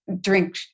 drink